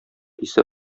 исе